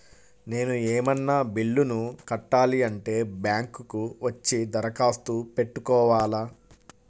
నేను ఏమన్నా బిల్లును కట్టాలి అంటే బ్యాంకు కు వచ్చి దరఖాస్తు పెట్టుకోవాలా?